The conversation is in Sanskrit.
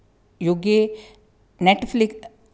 युगे नेट्फ़्लिक्ट्